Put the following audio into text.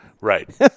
Right